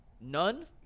none